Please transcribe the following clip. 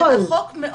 החוק מאוד מאוד ברור,